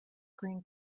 green